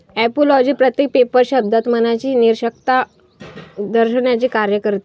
ऍपिओलॉजी प्रत्येक पेपर शब्दात मनाची निरर्थकता दर्शविण्याचे कार्य करते